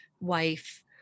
wife